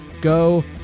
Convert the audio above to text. go